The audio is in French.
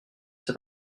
cet